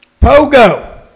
Pogo